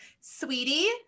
sweetie